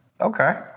Okay